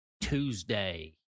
Tuesday